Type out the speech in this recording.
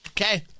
Okay